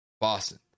Boston